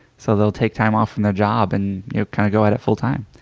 so they'll take time off from their job and kind of go at it full time.